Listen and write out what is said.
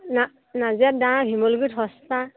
নাজিৰাত দাম শিমলুগুৰিত সস্তা